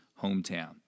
hometown